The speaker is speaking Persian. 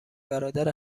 برادر